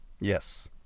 Yes